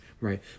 right